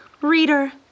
Reader